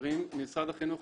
משרד החינוך,